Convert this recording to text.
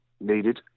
needed